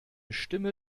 stimme